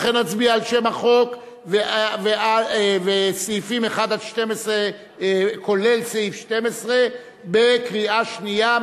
לכן נצביע על שם החוק וסעיפים 1 12 כולל סעיף 12 בקריאה שנייה,